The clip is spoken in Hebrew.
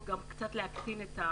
ההון קיבלה ב-2017 את הסמכות לתת את כל